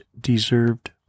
deserved